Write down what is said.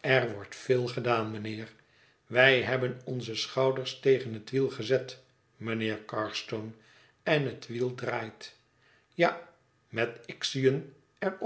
er wordt veel gedaan mijnheer wij hebben onze schouders tegen het wiel gezet mijnheer carstone en het wiel draait ja met ixion er